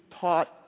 taught